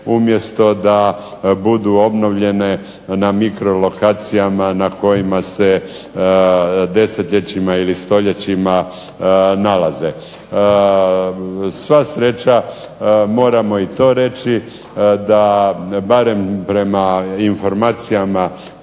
umjesto da budu obnovljene na mikro lokacijama na kojima se desetljećima ili stoljećima nalaze. Sva sreća moramo i to reći, da barem prema informacijama